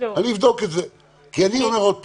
אני אומר עוד הפעם,